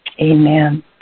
Amen